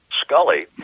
Scully